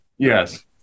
Yes